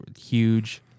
huge